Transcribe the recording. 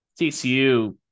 TCU